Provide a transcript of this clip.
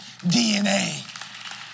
DNA